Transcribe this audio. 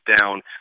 down